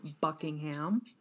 Buckingham